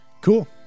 Cool